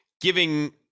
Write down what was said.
giving